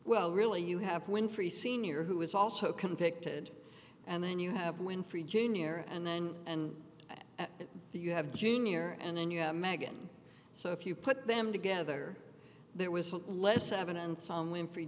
well really you have winfrey senior who was also convicted and then you have winfrey junior and then and you have junior and then you have meghan so if you put them together there was less evidence on winfrey